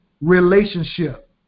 relationship